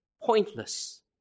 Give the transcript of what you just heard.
pointless